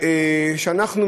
אנחנו,